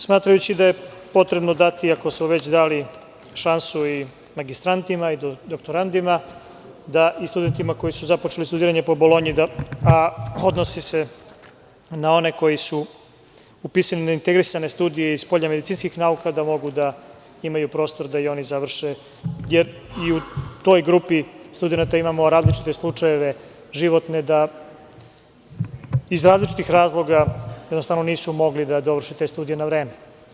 Smatrajući da je potrebno dati ako su već dali šansu i magistrantima i doktorantima, da i studentima koji su započeli studiranje po Bolonji, a odnosi se na one koji su upisivne integrisane studije i spolja medicinskih nauka da mogu da imaju prostor da i oni završe, jer i u toj grupi studenata imamo različite slučajeve životne, da iz različitih razloga jednostavno nisu mogli da dovrše te studije na vreme.